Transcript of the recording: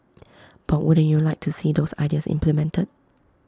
but wouldn't you like to see those ideas implemented